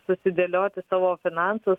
susidėlioti savo finansus